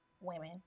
women